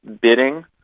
bidding